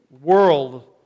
world